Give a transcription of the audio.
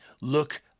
Look